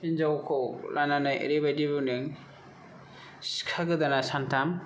हिनजावखौ लानानै ओरैबायदि बुंदों सिखा गोदाना सानथाम